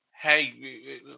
hey